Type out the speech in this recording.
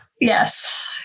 Yes